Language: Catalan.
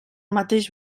mateix